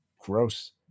gross